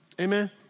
Amen